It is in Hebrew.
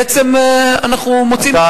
בעצם אנחנו מוציאים,